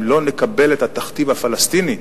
אם לא נקבל את התכתיב הפלסטיני,